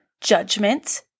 judgment